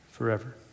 forever